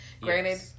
granted